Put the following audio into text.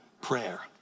prayer